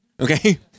Okay